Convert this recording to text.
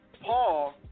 Paul